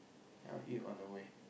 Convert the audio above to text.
I'll eat on the way